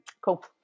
Cool